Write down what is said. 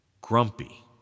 grumpy